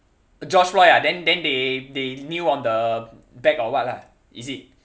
george floyd ah then then they they kneel on the back or what lah is it